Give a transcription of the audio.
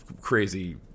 crazy